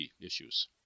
issues